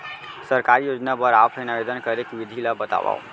सरकारी योजना बर ऑफलाइन आवेदन करे के विधि ला बतावव